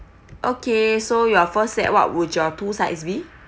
okay so your first set what would your two sides be